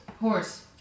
Horse